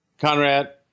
Conrad